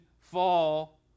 fall